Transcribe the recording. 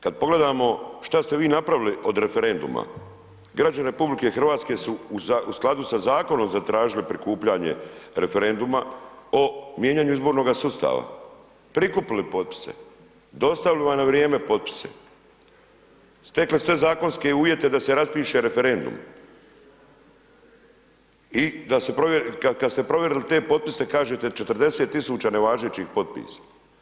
Kad pogledamo šta ste vi napravili od referenduma građani RH su u skladu sa zakonom zatražili prikupljanje referenduma o mijenjanju izbornoga sustava, prikupili potpise, dostavili vam na vrijeme potpise, stekli sve zakonske uvijete da se raspiše referendum i da se provjeri, kad ste provjerili te potpise kažete 40.000 nevažećih potpisa.